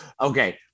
Okay